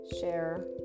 share